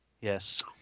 Yes